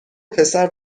پسر